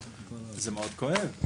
זה מאד כואב.